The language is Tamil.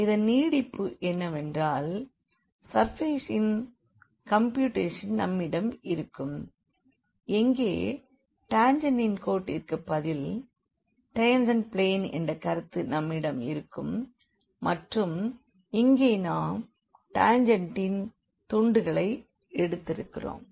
இதன் நீட்டிப்பு என்னவென்றால் சர்ஃபேசின் கம்பியூட்டேஷன் நம்மிடம் இருக்கும் எங்கே டாஞ்செண்ட்டின் கோட்டிற்கு பதில் டாஞ்செண்ட் பிளேன் என்ற கருத்து நம்மிடம் இருக்கும் மற்றும் இங்கே நாம் டாஞ்செண்ட்களின் துண்டுகளை எடுத்திருக்கிறோம்